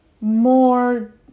more